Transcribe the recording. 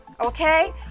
okay